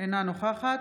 אינה נוכחת